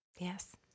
Yes